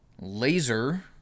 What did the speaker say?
laser